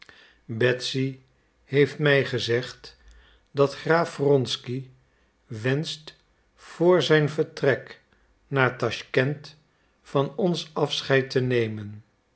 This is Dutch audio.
betsy heeft mij gezegd dat graaf wronsky wenscht voor zijn vertrek naar taschkent van ons afscheid te nemen